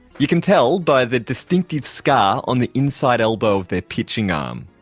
you can tell by the distinctive scar on the inside elbow of their pitching um